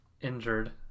injured